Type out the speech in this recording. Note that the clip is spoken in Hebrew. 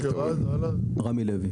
רמי לוי.